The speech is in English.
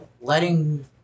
letting